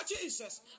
Jesus